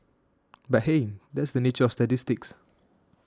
but hey that's the nature of statistics